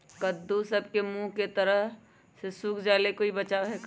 कददु सब के मुँह के तरह से सुख जाले कोई बचाव है का?